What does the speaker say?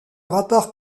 rappeur